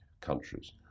countries